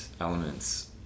elements